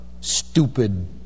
stupid